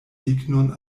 signon